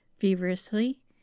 feverishly